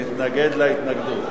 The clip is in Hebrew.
להתנגד להתנגדות.